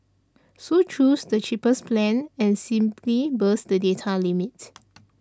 so choose the cheapest plan and simply bust the data limit